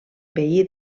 veí